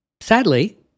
sadly